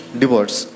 divorce